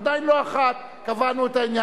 עדיין לא 13:00. קבענו את העניין.